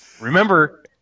Remember